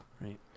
Right